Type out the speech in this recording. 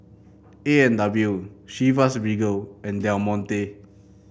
A and W Chivas Regal and Del Monte